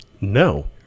no